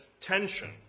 tension